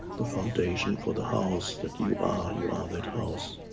the foundation for the house that you are, you are that house.